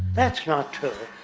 that's not true.